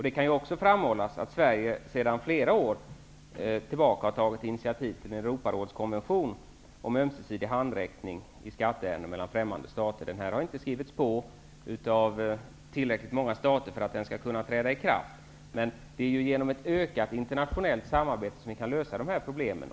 Det kan också framhållas att Sverige sedan flera år tillbaka har tagit initiativ till en Europarådskonvention om ömsesidig handräckning i skatteärenden mellan främmande stater. Den har inte skrivits på av tillräckligt många stater för att kunna träda i kraft, men det är genom ett ökat internationellt samarbete som vi kan lösa problemen.